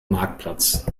marktplatz